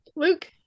Luke